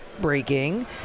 breaking